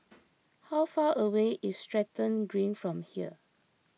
how far away is Stratton Green from here